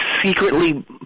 secretly